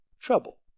trouble